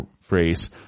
phrase